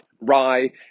rye